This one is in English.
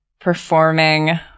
Performing